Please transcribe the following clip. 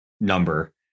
number